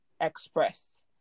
express